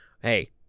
Hey